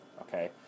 okay